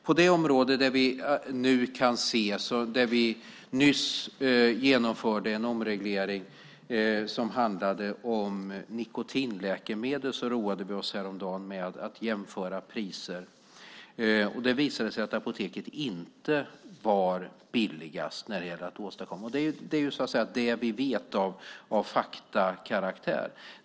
På det område vi nu kan se där vi nyss genomförde en omreglering, nikotinläkemedel, roade vi oss häromdagen med att jämföra priser. Det visade sig att apoteket inte var billigast. Det är det vi vet av faktakaraktär.